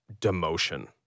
demotion